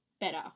better